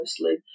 mostly